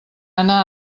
anar